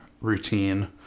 routine